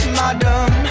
madam